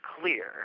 clear